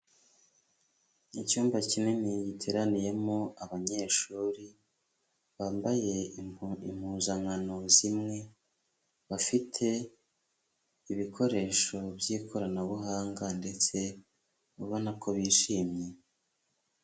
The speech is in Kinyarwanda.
Icyumba kinini giteraniyemo abanyeshuri, bambaye impuzankano zimwe, bafite ibikoresho by'ikoranabuhanga ndetse ubona ko bishimye.